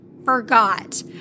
forgot